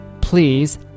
Please